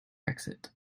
exit